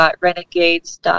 renegades